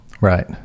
Right